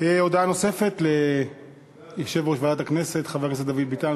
הודעה נוספת ליושב-ראש ועדת הכנסת חבר הכנסת דוד ביטן,